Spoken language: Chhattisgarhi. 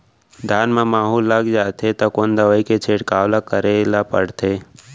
धान म माहो लग जाथे त कोन दवई के छिड़काव ल करे ल पड़थे?